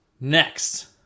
Next